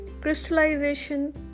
crystallization